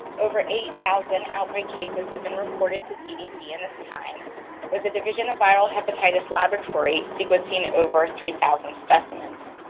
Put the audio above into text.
over eight thousand outbreak cases have been reported to cdc in this time with the division of viral hepatitis laboratory sequencing over three thousand specimens.